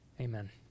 Amen